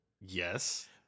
Yes